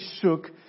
shook